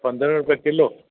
पंद्रहं रुपया किलो